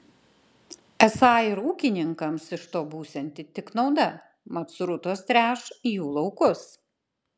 esą ir ūkininkams iš to būsianti tik nauda mat srutos tręš jų laukus